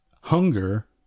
hunger